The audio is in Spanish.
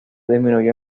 disminuyó